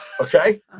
okay